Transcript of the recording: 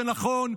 זה נכון,